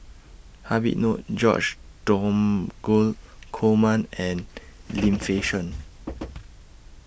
Habib Noh George Dromgold Coleman and Lim Fei Shen